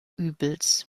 übels